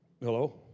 Hello